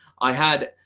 i had,